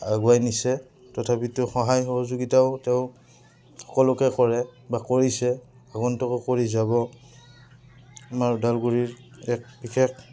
আগুৱাই নিছে তথাপিতো সহায় সহযোগিতাও তেওঁ সকলোকে কৰে বা কৰিছে আগন্তকো কৰি যাব আমাৰ ওদালগুৰিৰ এক বিশেষ